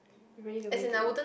really the way to